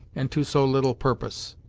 and to so little purpose.